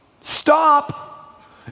stop